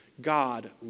God